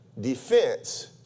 defense